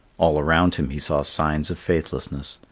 all around him he saw signs of faithlessness,